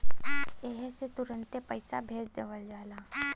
एह से तुरन्ते पइसा भेज देवल जाला